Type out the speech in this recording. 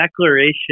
declaration